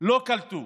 לא קלטו.